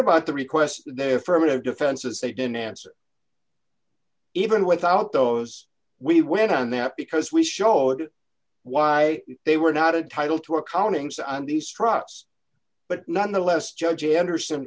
about the request they affirmative defenses they didn't answer even without those we went on that because we showed why they were not a title to accountings on these trusts but nonetheless judge anders